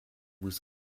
was